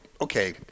Okay